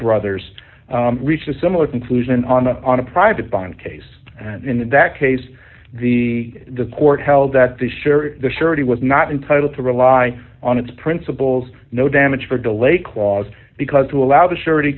brothers reach a similar conclusion on a on a private bond case and in that case the the court held that the share the surety was not entitled to rely on its principles no damage for delay clause because to allow the sure